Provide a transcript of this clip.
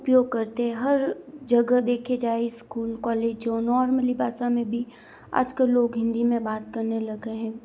उपयोग करते है हर जगह देखा जाए स्कूल कॉलेज जो नॉर्मली भाषा में भी आज कल लोग हिन्दी में बात करने लग गएं हैं